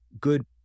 good